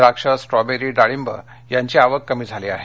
द्राक्ष स्ट्रॉबेरी डाळिंब यांची आवक कमी झाली आहे